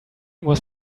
was